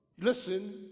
listen